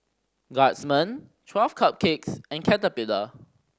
Guardsman Twelve Cupcakes and Caterpillar